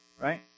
Right